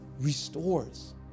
restores